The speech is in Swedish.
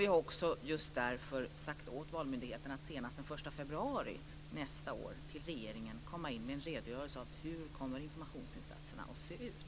Vi har också just därför sagt åt Valmyndigheten att senast den 1 februari nästa år komma in till regeringen med en redogörelse för hur informationsinsatserna kommer att se ut.